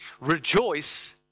rejoice